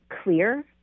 clear